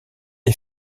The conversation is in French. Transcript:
est